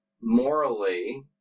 Morally